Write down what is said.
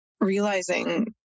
realizing